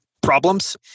problems